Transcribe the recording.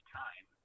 time